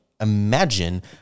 imagine